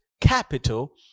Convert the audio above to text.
capital